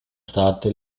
state